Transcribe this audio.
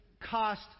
cost